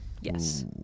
Yes